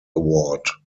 award